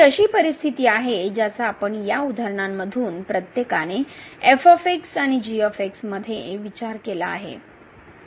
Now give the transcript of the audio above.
ही अशी परिस्थिती आहे ज्याचा आपण या उदाहरणांमधून प्रत्येकाने f आणि g मध्ये विचार केला आहे